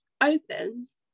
opens